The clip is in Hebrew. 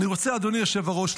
אדוני יושב-הראש,